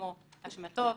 כמו: השמצות,